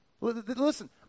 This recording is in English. Listen